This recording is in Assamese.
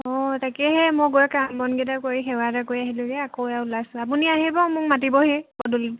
অঁ তাকেহে মই গৈ কাম বনকেইটা কৰি সেৱা এটা কৰি আহিলেগৈ আকৌ এয়া ওলাইছোঁ আপুনি আহিব মোক মাতিব সেই পদূলিত